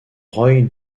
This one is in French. roy